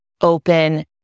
open